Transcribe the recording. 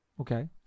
Okay